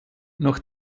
noch